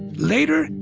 later,